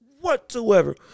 whatsoever